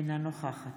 אינה נוכחת